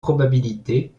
probabilités